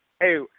Hey